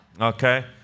Okay